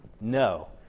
No